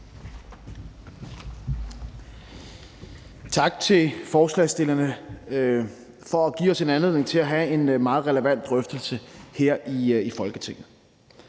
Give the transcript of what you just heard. Tak til forslagsstillerne for at give os en anledning til at have en meget relevant drøftelse her i Folketinget.